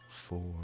four